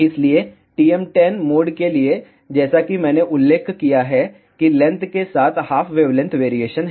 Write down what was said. इसलिए TM10 mode के लिए जैसा कि मैंने उल्लेख किया है कि लेंथ के साथ हाफ वेवलेंथ वेरिएशन है